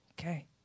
Okay